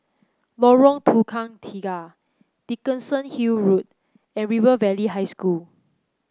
Lorong Tukang Tiga Dickenson Hill Road and River Valley High School